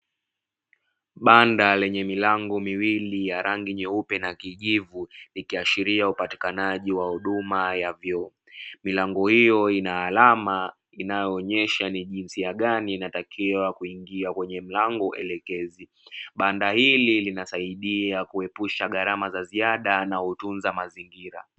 Banda lenye milango miwili ya rangi nyeupe na kijivu ikiashiria upatikanaji wa huduma ya vyoo, milango hiyo ina alama inayoonyesha ni jinsia gani inayotakiwa kuingia kwenye mlango elekezi, banda hili husaidia kuepusha gharama za ziada na hutunza mazingira.